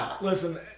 Listen